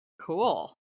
Cool